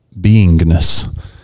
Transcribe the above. beingness